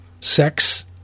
sex